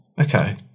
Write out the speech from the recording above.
Okay